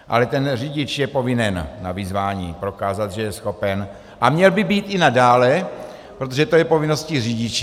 Ale ten řidič je povinen na vyzvání prokázat, že je schopen, a měl by být i nadále, protože to je povinností řidiče.